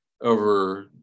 over